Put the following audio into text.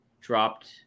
dropped